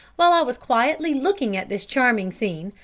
while i was quietly looking at this charming scene,